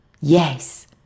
Yes